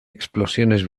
explosiones